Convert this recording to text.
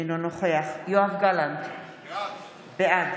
אינו נוכח יואב גלנט, בעד